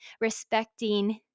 respecting